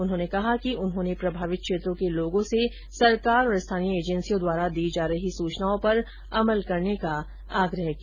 उन्होंने कहा कि उन्होंने प्रभावित क्षेत्रों के लोगों से सरकार और स्थानीय एजेंसियों द्वारा दी जा रही सूचनाओं पर अमल करने का आग्रह किया